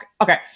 okay